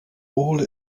all